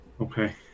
Okay